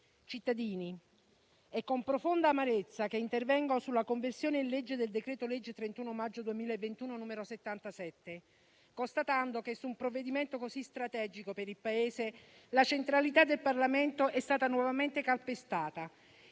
cittadini, è con profonda amarezza che intervengo sulla conversione in legge del decreto-legge 31 maggio 2021, n. 77, constatando che su un provvedimento così strategico per il Paese la centralità del Parlamento è stata nuovamente calpestata.